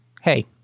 hey